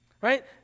right